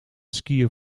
skiën